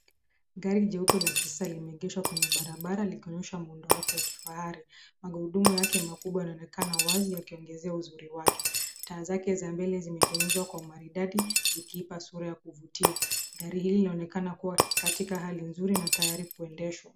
Gari jeupe la kisasa limeegeshwa kwenye barabara likionyesha muundo wake wa kifahari. Magurudumu yake makubwa yanaonekana wazi yakiongezea uzuri wake. Taa zake za mbele zimetengenezwa kwa umaridadi zikiipa sura ya kuvutia. Gari hilo linaonekana kuwa katika hali nzuri na tayari kuendeshwa.